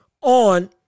on